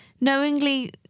knowingly